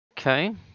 Okay